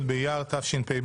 י' באייר תשפ"ב,